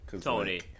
Tony